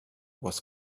was